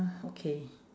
okay